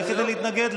לא תומך.